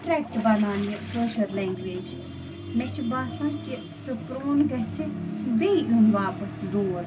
attract بَنان یہِ Koshur language مےٚ چھُ باسان کہِ سٕہ کٲم گَژھِ بیٚیہِ یُن واپس سُہ دور